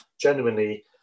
genuinely